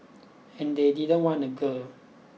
and they didn't want a girl